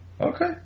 okay